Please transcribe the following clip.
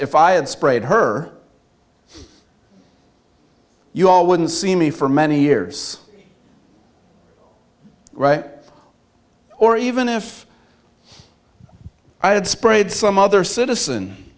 if i had sprayed her you all wouldn't see me for many years right or even if i had sprayed some other citizen